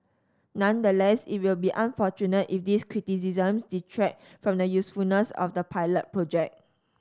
nonetheless it will be unfortunate if these criticisms detract from the usefulness of the pilot project